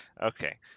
Okay